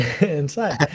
inside